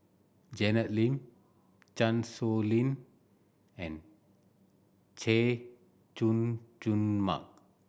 Janet Lim Chan Sow Lin and Chay Jung Jun Mark